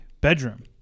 bedroom